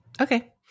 okay